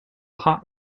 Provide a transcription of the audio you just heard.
hot